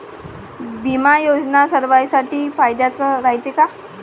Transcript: बिमा योजना सर्वाईसाठी फायद्याचं रायते का?